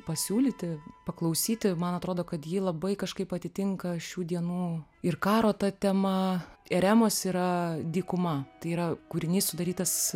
pasiūlyti paklausyti man atrodo kad ji labai kažkaip atitinka šių dienų ir karo ta tema eremos yra dykuma tai yra kūrinys sudarytas